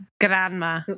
grandma